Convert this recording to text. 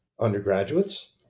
undergraduates